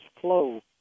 flow